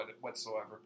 whatsoever